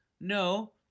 No